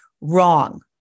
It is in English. wrong